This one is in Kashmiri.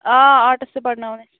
آ آرٹٕس تہِ پَرٕناوان أسۍ